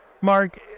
Mark